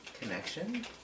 connection